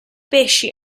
pesci